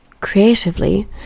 creatively